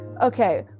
Okay